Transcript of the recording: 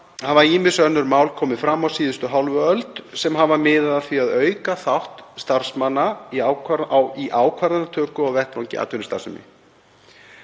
hafa ýmis önnur mál komið fram á síðustu hálfu öld sem hafa miðað að því að auka þátt starfsmanna í ákvarðanatöku á vettvangi atvinnustarfsemi.